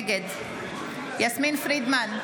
נגד יסמין פרידמן,